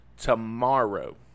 tomorrow